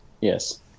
yes